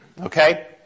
okay